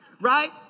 right